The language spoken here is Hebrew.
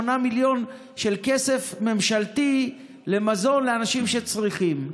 מיליון כסף ממשלתי על מזון לאנשים שצריכים.